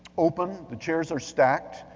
open. the chairs are stacked.